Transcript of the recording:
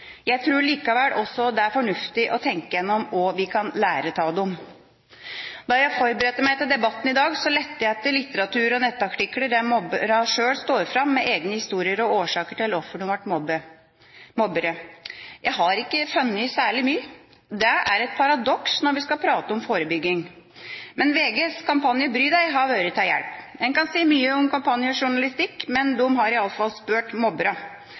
Jeg tror likevel også det er fornuftig å tenke gjennom hva vi kan lære av dem. Da jeg forberedte meg til debatten i dag, lette jeg etter litteratur og nettartikler der mobbere sjøl står fram med egne historier og årsaker til hvorfor de ble mobbere. Jeg har ikke funnet særlig mye. Det er et paradoks når vi skal prate om forebygging. Men VGs kampanje «Bry deg» har vært til hjelp. Man kan si mye om kampanjejournalistikk, men de har i alle fall spurt